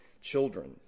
children